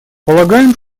полагаем